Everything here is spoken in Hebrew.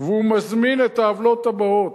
והוא מזמין את העוולות הבאות,